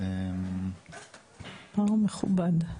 פער מכובד.